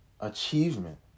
achievement